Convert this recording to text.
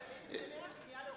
בפנייה לראש הממשלה,